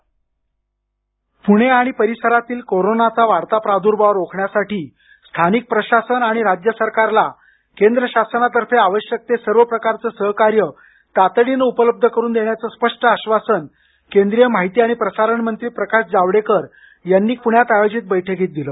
ध्वनी पुणे आणि परिसरातील कोरोनाचा वाढता प्रादूर्भाव रोखण्यासाठी स्थानिक प्रशासन आणि राज्य शासनाला केंद्र शासनातर्फे आवश्यक ते सर्व सहकार्य तातडीनं उपलब्ध करून देण्याचं स्पष्ट आश्वासन केंद्रीय माहिती आणि प्रसारण मंत्री प्रकाश जावडेकर यांनी पुण्यात आयोजित बैठकीत दिलं